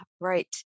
Right